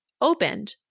opened